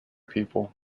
people